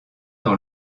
dans